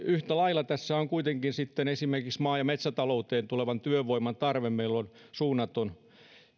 yhtä lailla meillä on kuitenkin sitten esimerkiksi maa ja metsätalouteen tulevan työvoiman tarve suunnaton